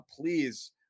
please